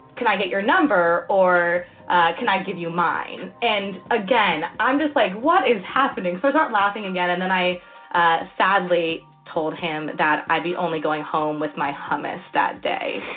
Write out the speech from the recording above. can i get your number or can i give you mine? and again, i'm just like, what is happening? so i start laughing again. and then i ah sadly told him that i'd be only going home with my hummus that day,